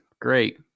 Great